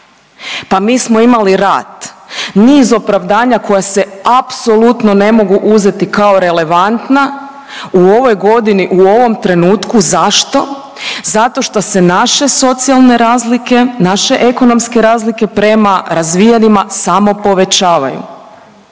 pa mi smo imali rat. Niz opravdanja koja se apsolutno ne mogu uzeti kao relevantna u ovoj godini, u ovom trenutku. Zašto? Zato što se naše socijalne razlike, naše ekonomske razlike prema razvijenima samo povećavaju.